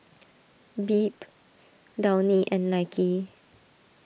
Bebe Downy and Nike